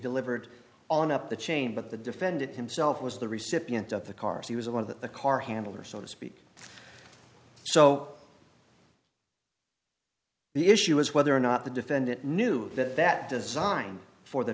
delivered on up the chain but the defendant himself was the recipient of the cars he was the one of the car handler so to speak so the issue is whether or not the defendant knew that that design for the